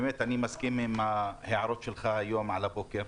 אני מסכים עם ההערות שלך על הבוקר,